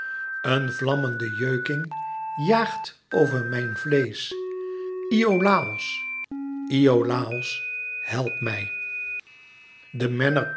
een vlammende jeuking jaagt over mijn vleesch iolàos iolàos help mij de